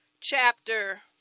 chapter